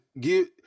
give